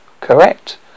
Correct